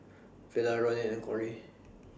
Vela Ronin and Corrie